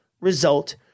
result